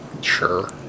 Sure